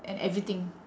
and everything